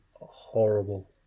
horrible